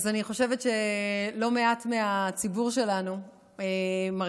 אז אני חושבת שלא מעט מהציבור שלנו מרגיש